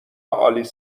آلیس